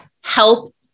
help